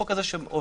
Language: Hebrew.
כל חוק כזה שעובר,